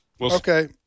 Okay